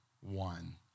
one